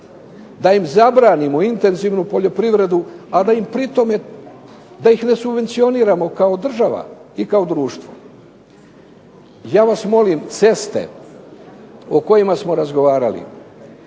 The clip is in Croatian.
da im zabranimo intenzivnu poljoprivredu, a da im pri tome ne subvencioniramo kao država i kao društvo. Ja vas molim, ceste o kojima smo razgovarali